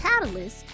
Catalyst